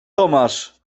tomasz